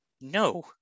no